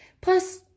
Plus